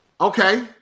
Okay